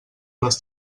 les